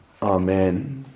Amen